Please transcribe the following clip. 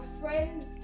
friends